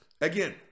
Again